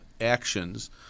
actions